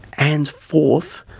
and fourth,